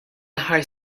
aħħar